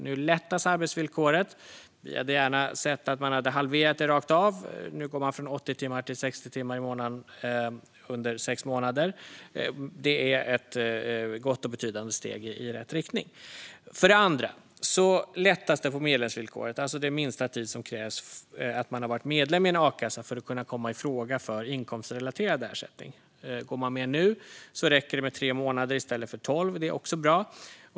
Nu lättas arbetsvillkoret. Vi hade gärna sett att man hade halverat det rakt av. Nu går man från 80 till 60 timmar i månaden under sex månader, vilket är ett gott och betydande steg i rätt riktning. För det andra lättas det på medlemsvillkoret, alltså den kortaste tid som det krävs att man har varit medlem i en a-kassa för att kunna komma i fråga för inkomstrelaterad ersättning. Går man med nu räcker det med tre månader i stället för tolv månader. Det är också bra.